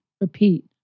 repeat